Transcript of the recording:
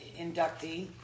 inductee